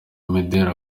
imideli